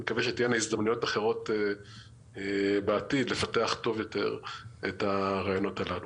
מקווה שתהיינה הזדמנויות אחרות בעתיד לפתח טוב יותר את הרעיונות הללו.